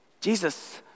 Jesus